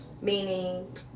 meaning